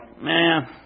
man